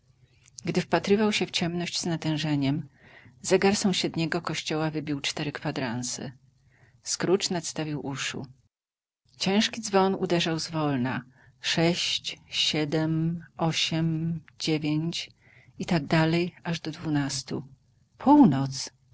gdy wpatrywał się w ciemność z natężeniem zegar sąsiedniego kościoła wybił cztery kwadranse scrooge nadstawił uszu ciężki dzwon uderzał zwolna sześć siedem osiem dziewięć i tak dalej aż do dwunastu północ